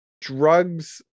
drugs